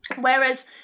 Whereas